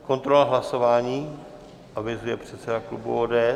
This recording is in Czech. Kontrola hlasování avizuje předseda klubu ODS.